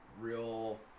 Real